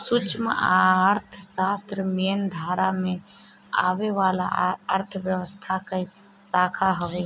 सूक्ष्म अर्थशास्त्र मेन धारा में आवे वाला अर्थव्यवस्था कअ शाखा हवे